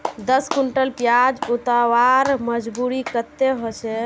दस कुंटल प्याज उतरवार मजदूरी कतेक होचए?